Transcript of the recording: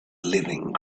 living